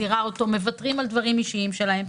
מוותרים על דברים אישיים שלהם,